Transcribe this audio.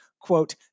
quote